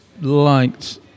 liked